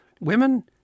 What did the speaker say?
women